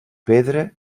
pedra